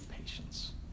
patience